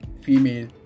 female